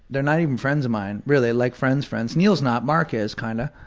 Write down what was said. they're not even friends of mine. really, like friends friends. neal's not, marc is kind of.